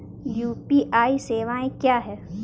UPI सवायें क्या हैं?